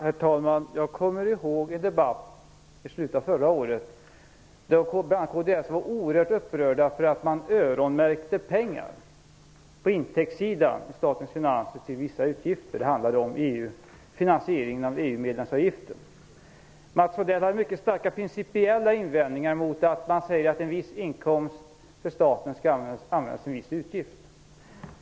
Herr talman! Jag kommer ihåg en debatt i slutet av förra året, då bl.a. kristdemokraterna var oerhört upprörda över att man öronmärkte pengar på intäktssidan när det gällde statens finanser till vissa utgifter. Det handlade om finansieringen av EU-medlemsavgiften. Mats Odell hade mycket starka principiella invändningar mot att en viss inkomst för staten skulle användas till en viss utgift.